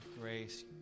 grace